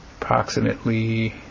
approximately